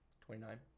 Twenty-nine